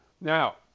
Now